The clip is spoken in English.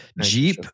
Jeep